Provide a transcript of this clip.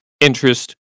interest